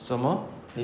什么